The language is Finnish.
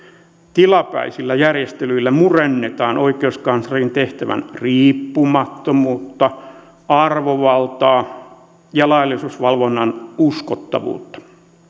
tilapäisillä järjestelyillä murennetaan oikeuskanslerin tehtävän riippumattomuutta arvovaltaa ja laillisuusvalvonnan uskottavuutta